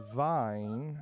vine